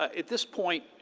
at this point,